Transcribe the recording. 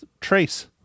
trace